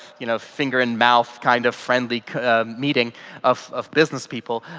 you know finger in mouth kind of friendly meeting of of business people.